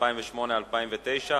2008 ו-2009),